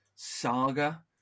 Saga